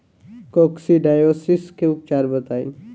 Coccidiosis के उपचार बताई?